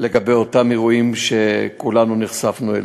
לגבי אותם אירועים שכולנו נחשפנו להם.